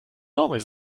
always